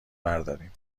برداریم